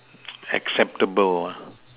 acceptable